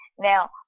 Now